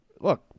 look